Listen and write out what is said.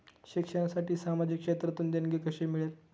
शिक्षणासाठी सामाजिक क्षेत्रातून देणगी कशी मिळेल?